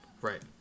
Right